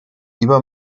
iba